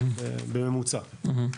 בממוצע.